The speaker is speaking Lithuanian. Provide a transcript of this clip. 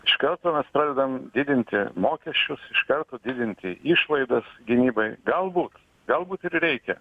iš karto mes pradedam didinti mokesčius iš karto didinti išlaidas gynybai galbūt galbūt ir reikia